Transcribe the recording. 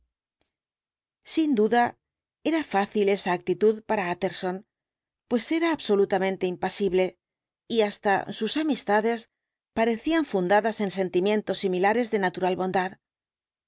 sin duda era fácil esa actitud para tjtterson pues era absolutamente impasi historia de la puerta ble y hasta sus amistades parecían fundadas en sentimientos similares de natural bondad